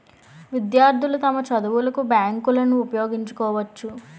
విద్యార్థులు తమ చదువులకు బ్యాంకులను ఉపయోగించుకోవచ్చు